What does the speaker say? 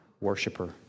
worshiper